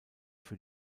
für